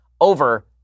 over